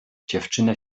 dziewczynę